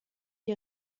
die